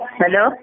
Hello